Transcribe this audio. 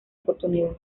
oportunidad